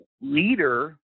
leader